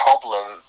problem